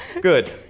Good